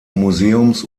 museums